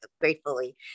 gratefully